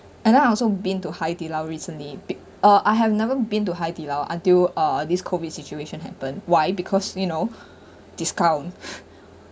and then I've also been to 海底捞 recently be~ uh I have never been to 海底捞 until uh this COVID situation happened why because you know discount